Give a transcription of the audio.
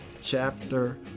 chapter